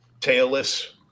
tailless